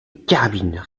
carabines